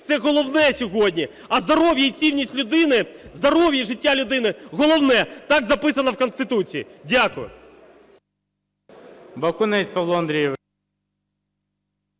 це головне сьогодні. А здоров'я і цінність людини... Здоров'я і життя людини – головне, так записано в Конституції. Дякую.